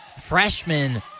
freshman